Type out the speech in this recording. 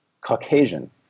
Caucasian